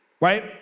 Right